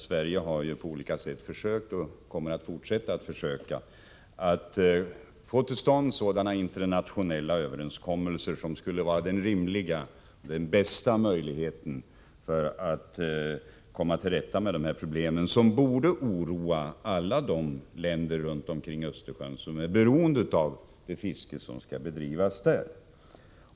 Sverige har på olika sätt försökt — och kommer att fortsätta att försöka — få till stånd sådana internationella överenskommelser som skulle vara den bästa möjligheten för att komma till rätta med dessa problem, som borde oroa alla de länder runt Östersjön som är beroende av det fiske som skall bedrivas där.